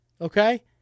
okay